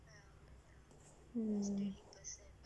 mm